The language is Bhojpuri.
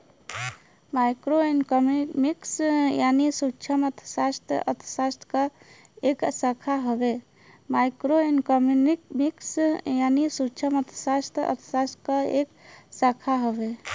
माइक्रो इकोनॉमिक्स यानी सूक्ष्मअर्थशास्त्र अर्थशास्त्र क एक शाखा हउवे